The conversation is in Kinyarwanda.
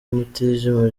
mutijima